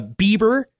Bieber